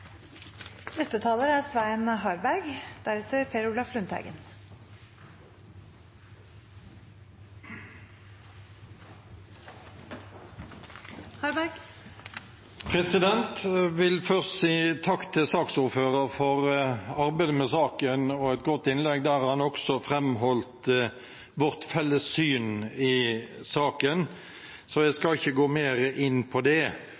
vil først si takk til saksordføreren for arbeidet med saken og et godt innlegg, der han også framholdt vårt felles syn i saken, så jeg skal ikke gå mer inn på det.